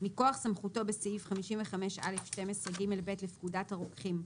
מכוח סמכותו בסעיף 55א12ג(ב) לפקודת הרוקחים,